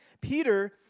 Peter